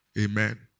Amen